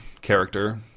character